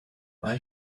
why